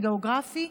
הגיאוגרפי,